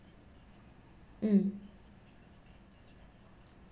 mm